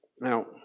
Now